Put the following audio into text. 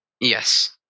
Yes